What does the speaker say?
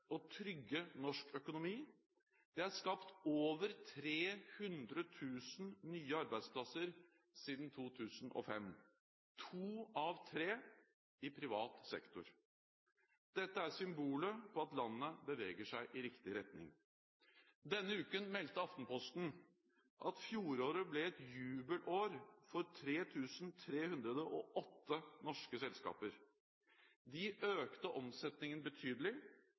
trygge norsk økonomi. Det er skapt over 300 000 nye arbeidsplasser siden 2005 – to av tre i privat sektor. Dette er symbolet på at landet beveger seg i riktig retning. Denne uken meldte Aftenposten at fjoråret ble et jubelår for 3 308 norske selskaper. De økte omsetningen betydelig,